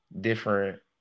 different